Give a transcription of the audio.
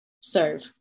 serve